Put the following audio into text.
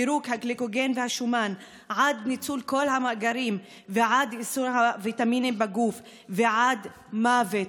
פירוק הגליקוגן והשומן עד ניצול כל המאגרים והוויטמינים בגוף ועד מוות.